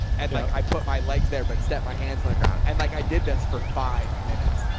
and like, i put my legs there, but step my hands on the ground. and like, i did this for five minutes.